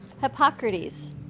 Hippocrates